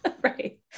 right